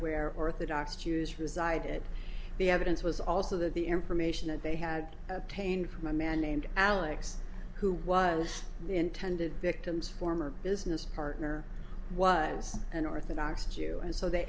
where orthodox jews resided the evidence was also that the information that they had obtained from a man named alex who was the intended victims former business partner was an orthodox jew and so they